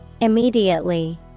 Immediately